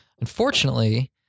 unfortunately